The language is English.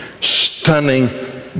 stunning